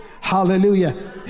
hallelujah